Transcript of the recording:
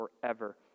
forever